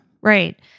Right